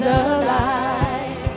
alive